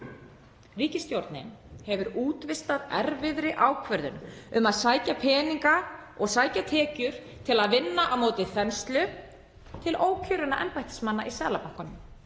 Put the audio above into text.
Ríkisstjórnin hefur útvistað erfiðri ákvörðun um að sækja peninga og sækja tekjur til að vinna á móti þenslu til ókjörinna embættismanna í Seðlabankanum